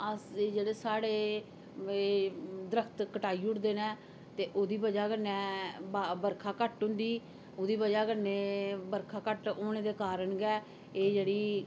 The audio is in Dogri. अस्स जेह्ड़े स्हाड़े दरख्त कटाई उड़दे नै ते उदी वजह कन्नै बर्खा घट्ट हुंदी उदी वजह कन्नै बर्खा घट्ट होने दे कारण गै एह् जेह्ड़ी